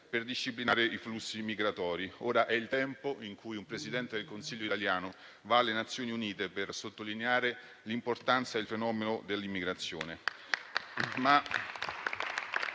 per disciplinare i flussi migratori. Ora è il tempo in cui un Presidente del Consiglio italiano va alle Nazioni Unite per sottolineare l'importanza del fenomeno dell'immigrazione.